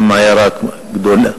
גם עיירה גדולה,